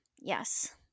Yes